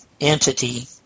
entity